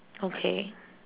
okay